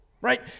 Right